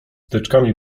teczkami